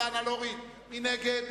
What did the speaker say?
מי נגד?